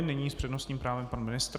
Nyní s přednostním právem pan ministr.